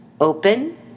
Open